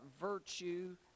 virtue